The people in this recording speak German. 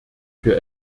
für